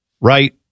right